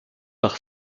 par